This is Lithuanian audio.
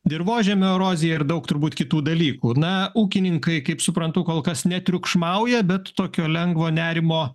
dirvožemio erozija ir daug turbūt kitų dalykų na ūkininkai kaip suprantu kol kas netriukšmauja bet tokio lengvo nerimo